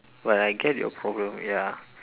but I get your problem ya